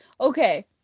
Okay